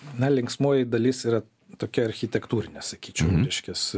na linksmoji dalis yra tokia architektūrinė sakyčiau reiškias